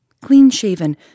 clean-shaven